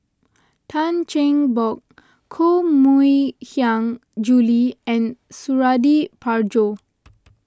Tan Cheng Bock Koh Mui Hiang Julie and Suradi Parjo